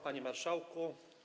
Panie Marszałku!